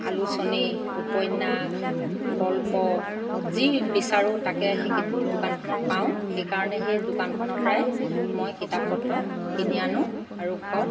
আলোচনী উপন্যাস গল্প যি বিচাৰোঁ তাকে সেই দোকানখনত পাওঁ সেইকাৰণে সেই দোকানখনৰ পৰাই মই কিতাপ পত্ৰ কিনি আনো আৰু ঘৰত